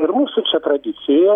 ir mūsų čia tradicijoje